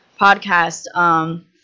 podcast